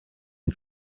une